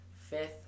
Fifth